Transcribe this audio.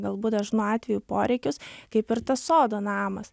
galbūt dažnu atveju poreikius kaip ir tas sodo namas